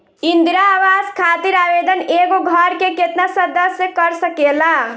इंदिरा आवास खातिर आवेदन एगो घर के केतना सदस्य कर सकेला?